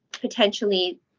potentially